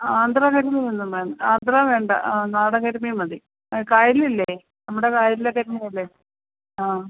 ആന്ധ്രാ കരിമീനൊന്നും വേണ്ട ആന്ധ്ര വേണ്ട ആ നാടൻ കരിമീൻ മതി ആ കായലില്ലേ നമ്മുടെ കായലിലൊക്കെ മീനില്ലേ ആ